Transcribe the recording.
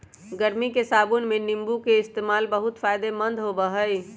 गर्मी के मौसम में नीम्बू के इस्तेमाल बहुत फायदेमंद होबा हई